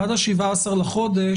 עד ה-17 לחודש.